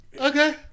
okay